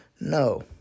No